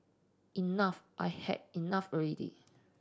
enough I had enough ready